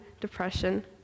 depression